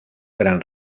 gran